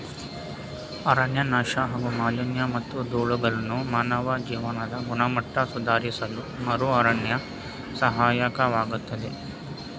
ಅರಣ್ಯನಾಶ ಹಾಗೂ ಮಾಲಿನ್ಯಮತ್ತು ಧೂಳನ್ನು ಮಾನವ ಜೀವನದ ಗುಣಮಟ್ಟ ಸುಧಾರಿಸಲುಮರುಅರಣ್ಯ ಸಹಾಯಕವಾಗ್ತದೆ